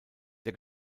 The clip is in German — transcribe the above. der